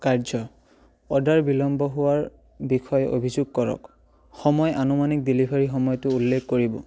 কাৰ্য অৰ্ডাৰ বিলম্ব হোৱাৰ বিষয়ে অভিযোগ কৰক সময় আনুমানিক ডেলিভাৰী সময়টো উল্লেখ কৰিব